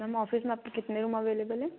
ma'am office में आपके कितने रूम अवेलेबल है